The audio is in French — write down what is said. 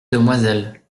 demoiselle